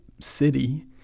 city